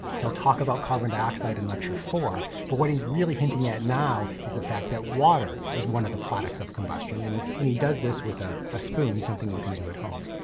he'll talk about carbon dioxide in lecture four but what he's really hinting at now is the fact that water is one of the products of combustion and and he does this with a ah spoon, something you can do at home.